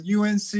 UNC